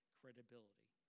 credibility